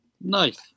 nice